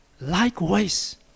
likewise